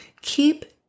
keep